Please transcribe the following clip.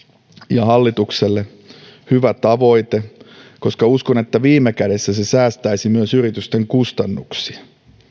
ja hallitukselle hyvä tavoite koska uskon että viime kädessä se säästäisi myös yritysten kustannuksia